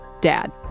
Dad